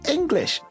English